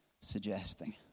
suggesting